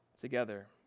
together